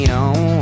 on